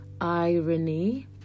irony